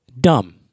dumb